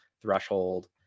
threshold